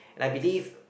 I believe